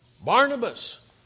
Barnabas